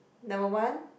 number one